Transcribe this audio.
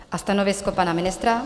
A stanovisko pana ministra?